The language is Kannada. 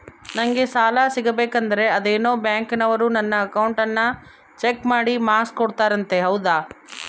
ನಂಗೆ ಸಾಲ ಸಿಗಬೇಕಂದರ ಅದೇನೋ ಬ್ಯಾಂಕನವರು ನನ್ನ ಅಕೌಂಟನ್ನ ಚೆಕ್ ಮಾಡಿ ಮಾರ್ಕ್ಸ್ ಕೊಡ್ತಾರಂತೆ ಹೌದಾ?